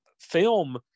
film